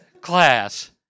class